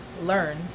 learn